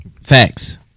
Facts